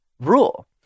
rule